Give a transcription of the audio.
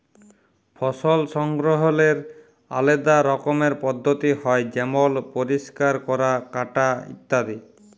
ফসল সংগ্রহলের আলেদা রকমের পদ্ধতি হ্যয় যেমল পরিষ্কার ক্যরা, কাটা ইত্যাদি